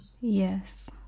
Yes